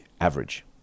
average